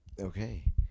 okay